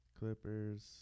Clippers